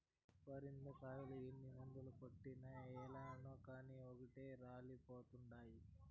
పరింద కాయలు ఎన్ని మందులు కొట్టినా ఏలనో కానీ ఓటే రాలిపోతండాయి